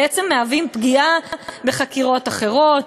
ובעצם מהווים פגיעה בחקירות אחרות,